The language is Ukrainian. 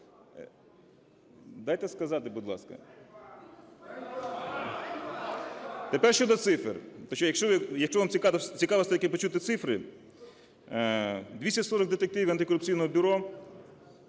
Дайте сказати, будь ласка. Тепер щодо цифр. Якщо вам цікаво почути цифри. 240 детективів антикорупційного бюро